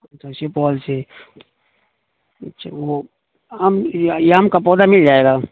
اچھا سپول سے اچھا وہ آم یہ یہ آم کا پودا مل جائے گا